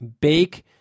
bake